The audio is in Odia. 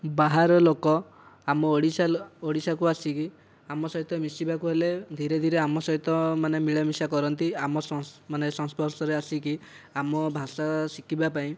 ବାହାର ଲୋକ ଆମ ଓଡ଼ିଶା ଓଡ଼ିଶାକୁ ଆସିକି ଆମ ସହିତ ମିଶିବାକୁ ହେଲେ ଧୀରେ ଧୀରେ ଆମ ସହିତ ମାନେ ମିଳାମିଶା କରନ୍ତି ମାନେ ଆମ ସଂସ ମାନେ ସଂସ୍ପର୍ଶରେ ଆସିକି ଆମ ଭାଷା ଶିଖିବା ପାଇଁ